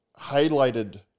highlighted